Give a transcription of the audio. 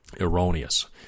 erroneous